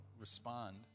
respond